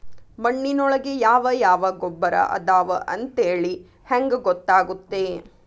ಮಣ್ಣಿನೊಳಗೆ ಯಾವ ಯಾವ ಗೊಬ್ಬರ ಅದಾವ ಅಂತೇಳಿ ಹೆಂಗ್ ಗೊತ್ತಾಗುತ್ತೆ?